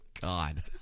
God